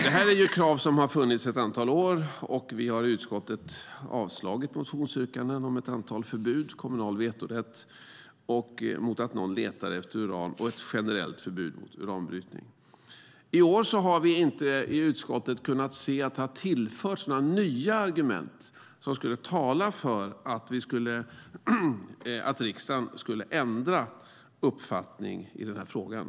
Det här är krav som har funnits i ett antal år, och utskottet har avstyrkt motionsyrkanden om förbud, kommunal vetorätt, mot att någon letar efter uran och ett generellt förbud mot uranbrytning. I år har vi inte i utskottet sett att det har tillförts nya argument som skulle tala för att riksdagen ska ändra uppfattning i frågan.